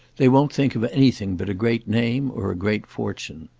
they won't think of anything but a great name or a great fortune.